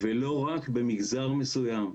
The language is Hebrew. ולא רק במגזר מסוים.